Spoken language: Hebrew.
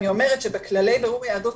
אני אומרת שבכללי בירור יהדות,